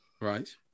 Right